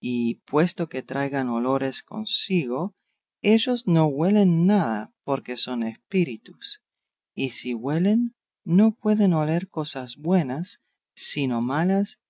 y puesto que traigan olores consigo ellos no huelen nada porque son espíritus y si huelen no pueden oler cosas buenas sino malas